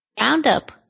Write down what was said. Roundup